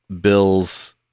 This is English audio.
Bills